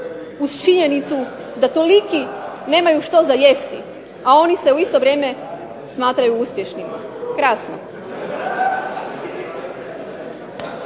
uz činjenicu da toliki nemaju što za jesti, a oni se u isto vrijeme smatraju uspješnima. Krasno.